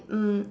mm